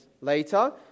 later